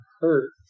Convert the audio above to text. hurt